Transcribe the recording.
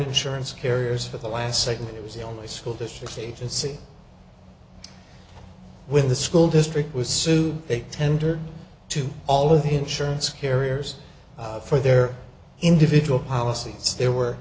insurance carriers for the last segment it was the only school district agency when the school district was sued it tender to all of the insurance carriers for their individual policies there were